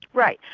right.